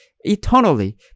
eternally